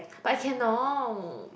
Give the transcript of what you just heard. but I cannot